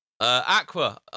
Aqua